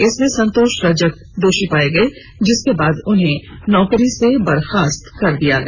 इसमें संतोष रजक दोषी पाए गए जिसके बाद उन्हें नौकरी से बर्खास्त कर दिया गया